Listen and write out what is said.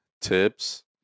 tips